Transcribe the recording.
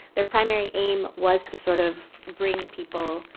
their primary aim was to sort of bring people